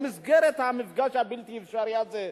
במסגרת המפגש הבלתי-אפשרי הזה,